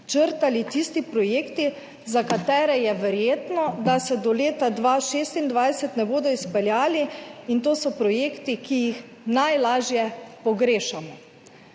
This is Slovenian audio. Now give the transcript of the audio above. črtali tisti projekti, za katere je verjetno, da se do leta 2026 ne bodo izpeljali, in to so projekti, ki jih najlažje pogrešamo.